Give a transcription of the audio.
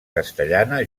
castellana